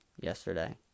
yesterday